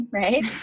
right